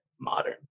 modern